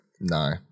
no